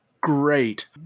great